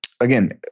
again